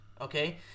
okay